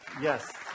Yes